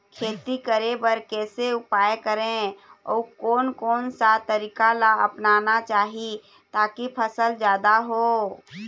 खेती करें बर कैसे उपाय करें अउ कोन कौन सा तरीका ला अपनाना चाही ताकि फसल जादा हो?